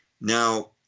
Now